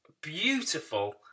beautiful